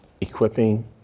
equipping